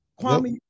Kwame